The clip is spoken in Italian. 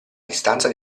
distanza